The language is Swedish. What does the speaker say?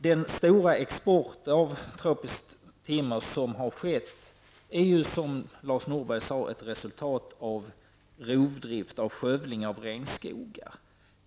Den stora export av tropiskt timmer som skett är ju, som Lars Norberg sade, ett resultat av rovdrift och skövling av regnskogar.